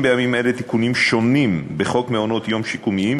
בימים אלה תיקונים שונים בחוק מעונות-יום שיקומיים,